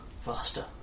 faster